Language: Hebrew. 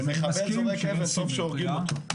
כשמחבל זורק אבן בסוף שהורגים אותו.